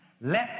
Let